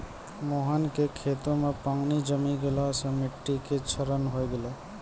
मोहन के खेतो मॅ पानी जमी गेला सॅ मिट्टी के क्षरण होय गेलै